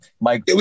Mike